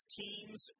teams